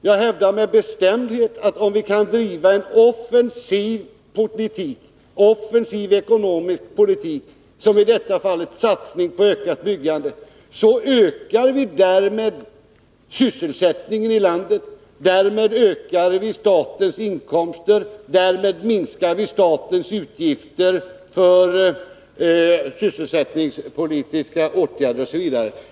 Jag hävdar med bestämdhet, att om vi kan driva en offensiv ekonomisk politik, som i detta fall betyder en satsning på ökat byggande, ökar vi därmed sysselsättningen i landet och statens inkomster. Härigenom minskar vi också statens utgifter för sysselsättnings politiska åtgärder osv.